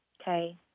Okay